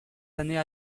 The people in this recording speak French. années